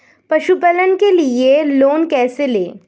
पशुपालन के लिए लोन कैसे लें?